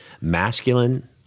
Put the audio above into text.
masculine